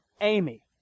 Amy